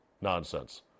Nonsense